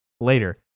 later